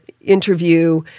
interview